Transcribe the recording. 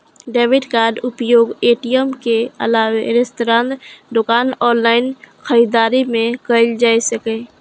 debit कार्डक उपयोग ATM के अलावे रेस्तरां, दोकान, ऑनलाइन खरीदारी मे कैल जा सकैए